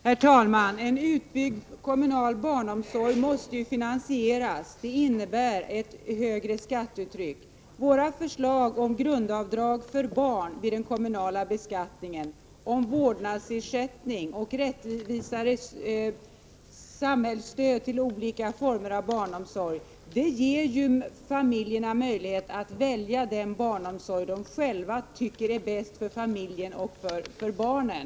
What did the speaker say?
Herr talman! En utbyggd kommunal barnomsorg måste ju finansieras, och det innebär ett högre skattetryck. Våra förslag om grundavdrag för barn vid den kommunala beskattningen, om vårdnadsersättning och rättvisare samhällsstöd till olika former av barnomsorg ger familjerna möjlighet att välja den barnomsorg de själva tycker är bäst för familjen och för barnen.